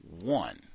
one